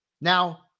Now